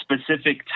specific